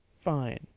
Fine